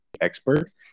experts